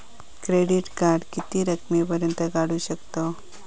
Credit card किती रकमेपर्यंत काढू शकतव?